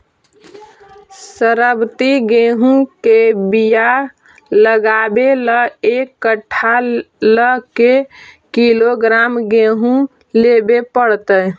सरबति गेहूँ के बियाह लगबे ल एक कट्ठा ल के किलोग्राम गेहूं लेबे पड़तै?